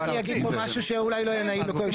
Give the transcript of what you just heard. אני אגיד פה משהו שאולי לא יהיה נעים לשמוע,